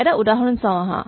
এটা উদাহৰণ চাওঁ আহা